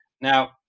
Now